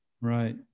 Right